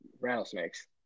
rattlesnakes